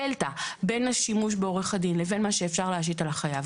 הדלתא בין השימוש בעורך הדין לבין מה שאפשר להשית על החייב,